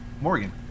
Morgan